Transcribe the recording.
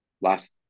last